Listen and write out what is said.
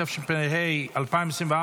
התשפ"ה 2024,